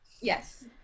Yes